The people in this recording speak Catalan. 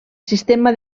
sistema